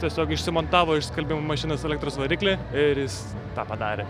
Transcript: tiesiog išsimontavo iš skalbimo mašinos elektros variklį ir jis tą padarė